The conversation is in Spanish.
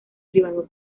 privado